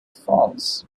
false